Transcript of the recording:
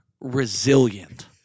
resilient